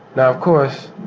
now, of course,